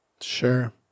Sure